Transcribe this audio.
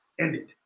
ended